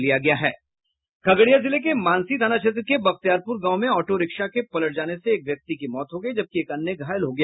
खगड़िया जिले के मानसी थाना क्षेत्र के बख्तियारपुर गांव में ऑटो रिक्शा के पलटने से एक व्यक्ति की मौत हो गयी जबकि एक अन्य घायल हो गया